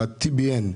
TBN,